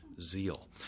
zeal